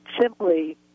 simply